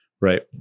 Right